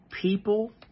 People